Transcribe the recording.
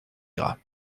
gras